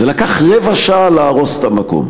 זה לקח רבע שעה להרוס את המקום.